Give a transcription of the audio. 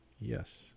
Yes